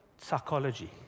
psychology